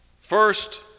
First